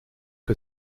que